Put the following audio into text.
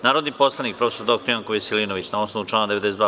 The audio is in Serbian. Narodni poslanik prof. dr Janko Veselinović na osnovu člana 92.